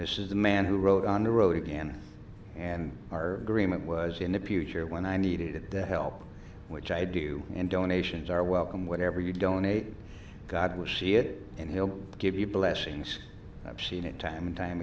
this is the man who wrote on the road again and our dream it was in the pew chair when i needed the help which i do and donations are welcome whatever you donate god will see it and he'll give you blessings i've seen it time and time